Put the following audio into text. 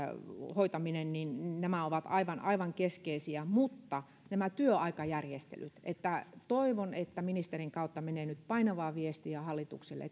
hoitaminen ovat aivan aivan keskeisiä mutta nämä työaikajärjestelyt toivon että ministerin kautta menee nyt painavaa viestiä hallitukselle